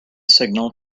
signal